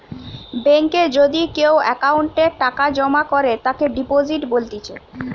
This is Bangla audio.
বেঙ্কে যদি কেও অ্যাকাউন্টে টাকা জমা করে তাকে ডিপোজিট বলতিছে